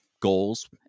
goals